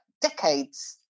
decades